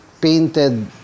painted